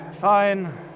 Fine